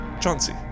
Chauncey